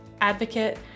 advocate